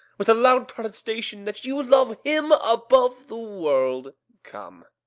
with a loud protestation that you love him above the world. come,